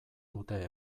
dute